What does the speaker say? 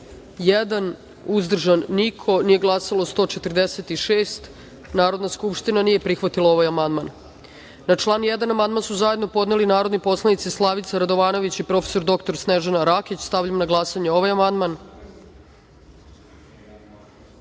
146 narodnih poslanika. Narodna skupština nije prihvatila ovaj amandman. Na član 1. amandman su zajedno podneli narodni poslanici Slavica Radovanović i prof. dr Snežana Rakić. Stavljam na glasanje ovaj